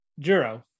Juro